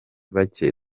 bake